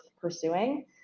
pursuing